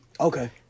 Okay